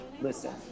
listen